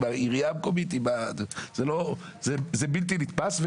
זה בלתי נתפס,